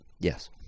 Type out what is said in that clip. Yes